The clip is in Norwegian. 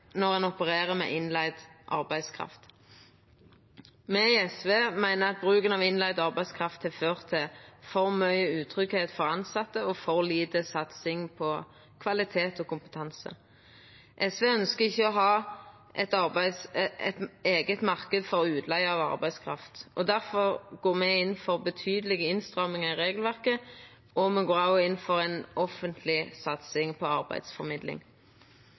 når ein opererer med innleigd arbeidskraft. Me i SV meiner at bruk av innleigd arbeidskraft har ført til for mykje utryggleik for tilsette og for lita satsing på kvalitet og kompetanse. SV ønskjer ikkje å ha ein eigen marknad for utleige av arbeidskraft. Difor går me inn for betydeleg innstramming av regelverket, og me går inn for ei offentleg satsing på arbeidsformidling.